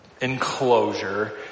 enclosure